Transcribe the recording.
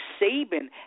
Saban